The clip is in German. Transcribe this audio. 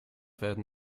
werden